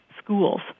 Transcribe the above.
schools